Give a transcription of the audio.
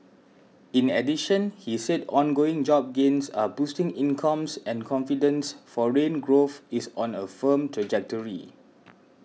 in addition he said ongoing job gains are boosting incomes and confidence foreign growth is on a firm trajectory